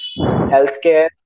healthcare